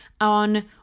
on